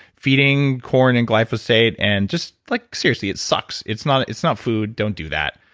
feeding corn and glyphosate and just like seriously, it sucks. it's not it's not food, don't do that.